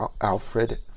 Alfred